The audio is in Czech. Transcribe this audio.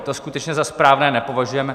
To skutečně za správné nepovažujeme.